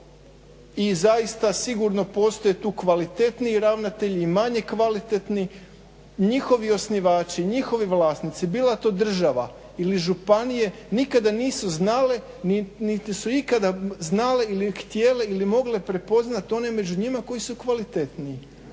i zaista sigurno postoji kvalitetniji ravnatelj i manje kvalitetni, i njihovi osnivači, njihovi vlasnici, bila to država, ili županije nikada nisu znale, niti su ikada znale ili htjele ili mogle prepoznati one među njima koji su kvalitetniji